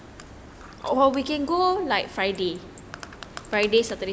or we can go